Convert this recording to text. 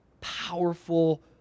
powerful